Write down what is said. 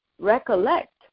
recollect